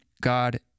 god